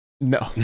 no